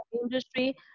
industry